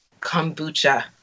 kombucha